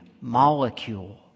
molecule